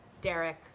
Derek